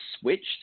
switched